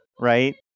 right